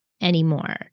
anymore